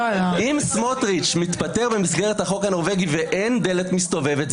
אם סמוטריץ' מתפטר במסגרת החוק הנורבגי ואין דלת מסתובבת,